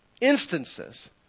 instances